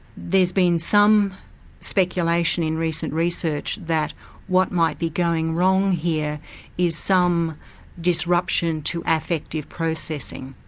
there's been some speculation in recent research that what might be going wrong here is some disruption to affective processing.